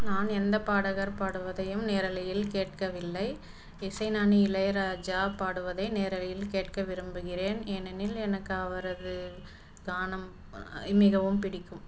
நான் எந்த பாடகர் பாடுவதையும் நேரலையில் கேட்கவில்லை இசைஞானி இளையராஜா பாடுவதை நேரலையில் கேட்க விரும்புகிறேன் ஏனெனில் எனக்கு அவரது கானம் மிகவும் பிடிக்கும்